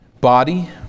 Body